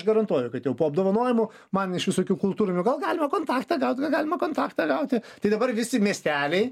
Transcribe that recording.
garantuoju kad jau po apdovanojimų man iš visokių kultūrinių gal galima kontaktą gaut gal galima kontaktą gauti tai dabar visi miesteliai